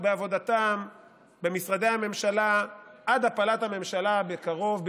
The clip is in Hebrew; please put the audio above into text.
בעבודתם במשרדי הממשלה עד הפלת הממשלה בקרוב,